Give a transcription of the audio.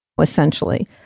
essentially